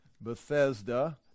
Bethesda